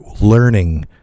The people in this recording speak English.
learning